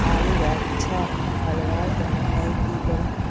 आलूर अच्छा फलवार तने नई की करूम?